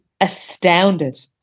astounded